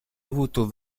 avuto